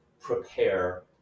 prepare